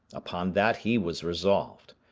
upon that he was resolved.